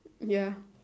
ya